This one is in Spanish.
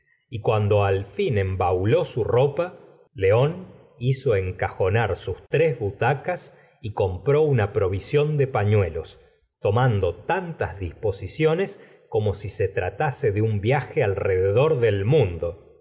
y cuando al fin embauló su ropa león hizo encajonar su tres butacas y compró una provisión de pañuelos tomando tantas disposiciones como si tratase de un viaje alrededor del mundo